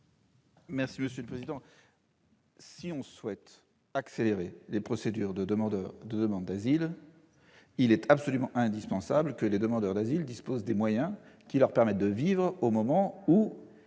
explication de vote. Si l'on souhaite accélérer les procédures de demande d'asile, il est absolument indispensable que les demandeurs d'asile disposent des moyens qui leur permettent de vivre au moment où